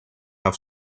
have